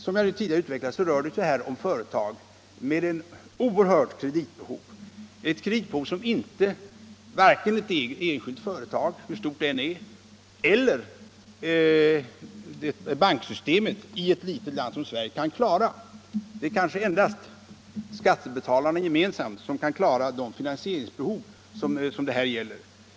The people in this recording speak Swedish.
Som jag tidigare utvecklat rör det sig här om företag med ett oerhört kreditbehov, ett kreditbehov som varken ett enskilt företag — hur stort det än är — eller banksystemet i ett litet land som Sverige kan reda upp; det kanske endast är skattebetalarna gemensamt som kan klara de finanseringsbehov som det här gäller.